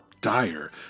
dire